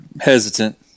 hesitant